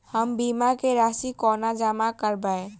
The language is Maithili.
हम बीमा केँ राशि कोना जमा करबै?